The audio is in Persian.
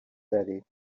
زدید